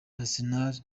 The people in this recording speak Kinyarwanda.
arsenal